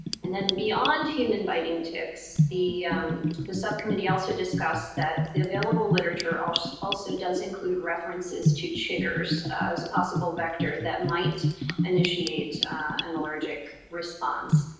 and then beyond human biting ticks, the the subcommittee also discussed that the available literature also also does include references to chiggers as a possible vector that might initiate an allergic response.